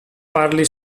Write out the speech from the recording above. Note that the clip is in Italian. parli